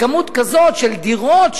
לכמות כזאת של דירות,